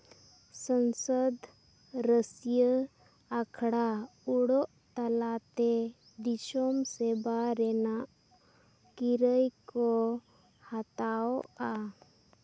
ᱥᱚᱝᱥᱚᱫᱽ ᱨᱟᱹᱥᱭᱟᱹ ᱟᱠᱷᱲᱟ ᱚᱰᱳᱠ ᱛᱟᱞᱟᱛᱮ ᱫᱤᱥᱚᱢ ᱥᱮᱵᱟ ᱨᱮᱱᱟᱜ ᱠᱤᱨᱟᱹᱭ ᱠᱚ ᱦᱟᱛᱟᱣᱟ